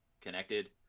connected